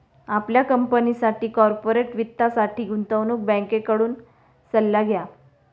आपल्या कंपनीसाठी कॉर्पोरेट वित्तासाठी गुंतवणूक बँकेकडून सल्ला घ्या